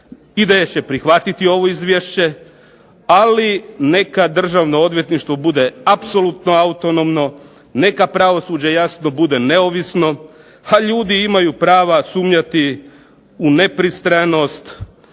IDS će prihvatiti ovo izvješće, ali neka Državno odvjetništvo bude apsolutno autonomno, neka pravosuđe jasno bude neovisno, a ljudi imaju prava sumnjati u nepristranost,